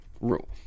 rule